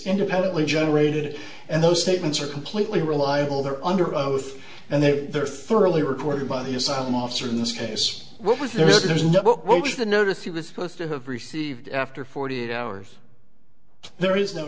independently generated and those statements are completely reliable they're under oath and they are thoroughly recorded by the asylum officer in this case what was there is not what was the notice he was supposed to have received after forty eight hours there is no